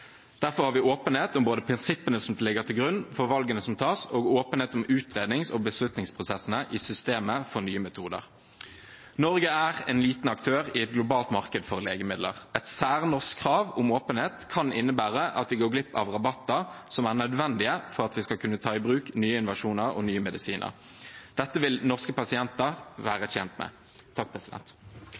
Derfor har vi både åpenhet om prinsippene som ligger til grunn for valgene som tas, og åpenhet om utrednings- og beslutningsprosessene i systemet for nye metoder. Norge er en liten aktør i et globalt marked for legemidler. Et særnorsk krav om åpenhet kan innebære at vi går glipp av rabatter som er nødvendige for at vi skal kunne ta i bruk nye innovasjoner og medisiner. Det vil norske pasienter ikke være tjent med.